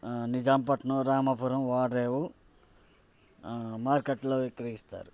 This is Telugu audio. నిజాంపట్నం రామపురం ఓడరేవు మార్కెట్లో విక్రయిస్తారు